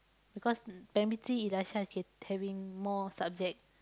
because primary three Elisha is get having more subject